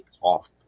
off